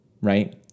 right